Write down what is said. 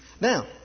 Now